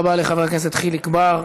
תודה רבה לחבר הכנסת חיליק בר.